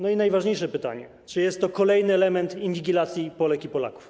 No i najważniejsze pytanie: Czy jest to kolejny element inwigilacji Polek i Polaków?